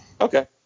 Okay